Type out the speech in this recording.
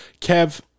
Kev